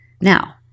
Now